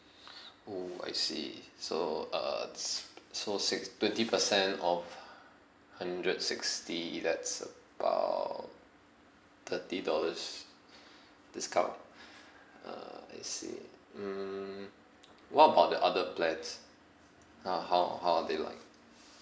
oh I see so uh s~ so six twenty percent off hundred sixty that's about thirty dollars discount uh I see mm what about the other plans uh how how are they like